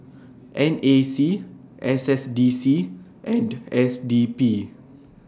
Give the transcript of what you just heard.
N A C S S D C and S D P